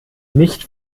nicht